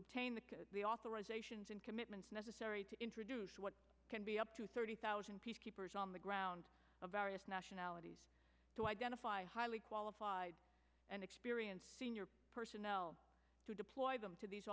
obtain the authorizations and commitments necessary to introduce what can be up to thirty thousand peacekeepers on the ground of various nationalities to identify highly qualified and experienced senior personnel to deploy them to these